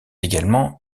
également